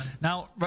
Now